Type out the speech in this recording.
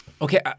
Okay